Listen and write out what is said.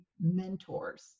mentors